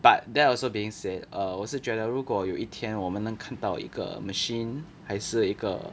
but that also being said err 我是觉得如果有一天我们能看到一个 machine 还是一个